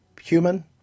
human